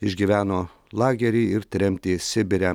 išgyveno lagerį ir tremtį sibire